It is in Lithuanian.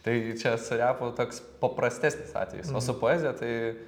tai čia su repu toks paprastesniais atvejais o su poezija tai